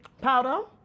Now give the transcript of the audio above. powder